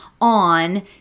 on